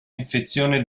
infezione